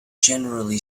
generally